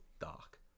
dark